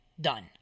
Done